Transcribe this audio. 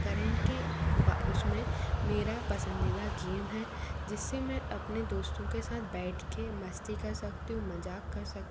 current के उसमें मेरा पसंदीदा गेम है जिससे मैं अपने दोस्तों के साथ बैठ के मस्ती कर सकती हूँ मजाक कर सकती हूँ